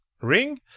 ring